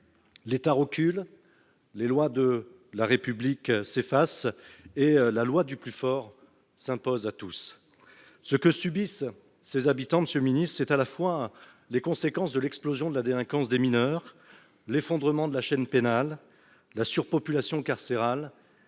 L'État recule, les lois de la République s'effacent et la loi du plus fort s'impose à tous. Ce que subissent les habitants de ces quartiers, c'est la conséquence à la fois de l'explosion de la délinquance des mineurs, de l'effondrement de la chaîne pénale, de la surpopulation carcérale,